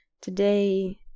Today